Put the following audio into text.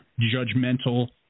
judgmental